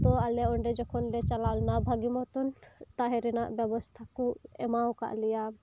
ᱛᱚ ᱟᱞᱮ ᱡᱚᱠᱷᱚᱱ ᱚᱸᱰᱮ ᱞᱮ ᱪᱟᱞᱟᱣ ᱞᱮᱱᱟ ᱵᱷᱟᱹᱜᱤ ᱢᱚᱛᱚᱱ ᱛᱟᱦᱮᱱ ᱨᱮᱱᱟᱜ ᱵᱮᱵᱚᱥᱛᱷᱟ ᱠᱚ ᱮᱢᱟᱣ ᱟᱠᱟᱫ ᱞᱮᱭᱟ